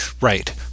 Right